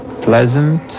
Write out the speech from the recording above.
pleasant